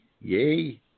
yay